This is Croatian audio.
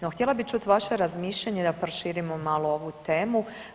No htjela bi čut vaše razmišljanje da proširimo malo ovu temu.